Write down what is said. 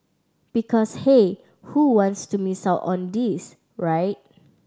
because hey who wants to miss out on this right